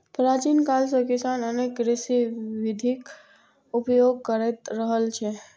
प्राचीन काल सं किसान अनेक कृषि विधिक उपयोग करैत रहल छै